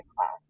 class